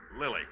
Lily